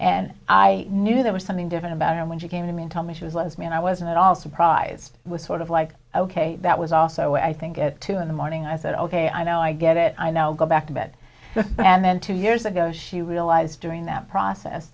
and i knew there was something different about her when she came to me and told me she was love me and i wasn't at all surprised it was sort of like ok that was also i think at two in the morning i said ok i know i get it i now go back to bed and then two years ago she realized during that process